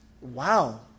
wow